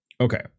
Okay